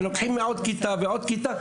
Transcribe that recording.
ולוקחים עוד כיתה ועוד כיתה,